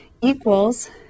equals